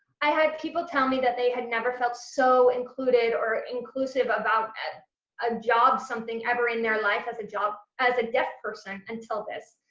i had people tell me that they had never felt so included or inclusive about a job something ever in their life as a job as a deaf person until this.